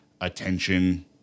attention